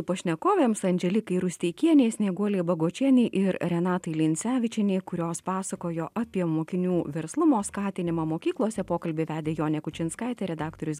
pašnekovėms andželikai rusteikienei snieguolei bagočienei ir renatai lincevičienei kurios pasakojo apie mokinių verslumo skatinimą mokyklose pokalbį vedė jonė kučinskaitė redaktorius